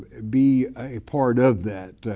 be a part of that.